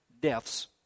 deaths